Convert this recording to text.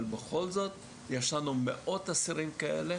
אבל בכל זאת יש לנו מאות אסירים כאלה